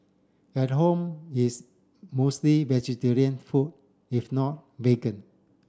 at home it's mostly vegetarian food if not vegan